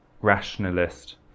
rationalist